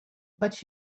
but